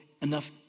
enough